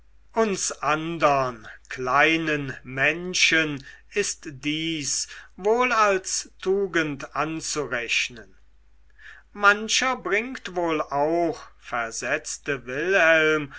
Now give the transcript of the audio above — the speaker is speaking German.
uns andern kleinen menschen ist dies wohl als eine tugend anzurechnen mancher bringt wohl auch versetzte wilhelm